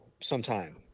sometime